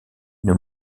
une